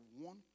one